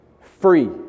free